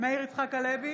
מאיר יצחק הלוי,